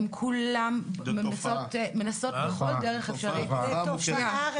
הן כולן מנסות בכל דרך אפשרית --- זו תופעה.